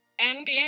NBA